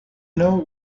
know